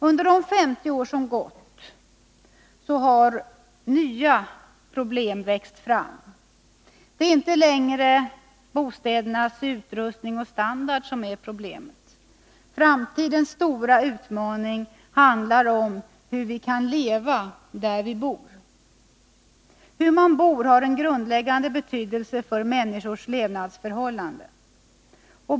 Under de 50 år som har gått har också nya problem växt fram. Det är inte längre bostädernas utrustning och standard som är problemet. Framtidens stora utmaning handlar om hur vi kan leva där vi bor. Hur man bor har en grundläggande betydelse för människors levnadsförhållanden.